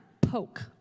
poke